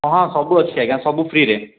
ହଁ ସବୁ ଅଛି ଆଜ୍ଞା ସବୁ ଫ୍ରିରେ